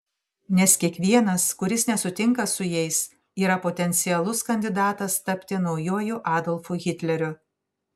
nes kiekvienas kuris nesutinka su jais yra potencialus kandidatas tapti naujuoju adolfu hitleriu